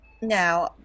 Now